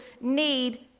need